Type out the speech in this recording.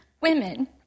women